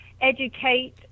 educate